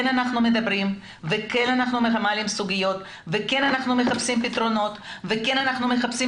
כן אנחנו מדברים וכן אנחנו מחפשים פתרונות וכן אנחנו מחפשים